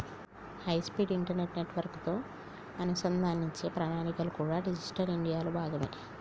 high speed internet నెట్వర్క్లతో అనుసంధానించే ప్రణాళికలు కూడా డిజిటల్ ఇండియాలో భాగమే